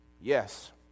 Yes